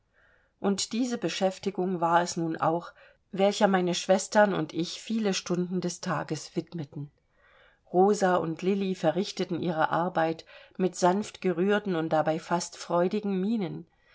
und diese beschäftigung war es nun auch welcher meine schwestern und ich viele stunden des tages widmeten rosa und lilli verrichteten ihre arbeit mit sanft gerührten und dabei fast freudigen mienen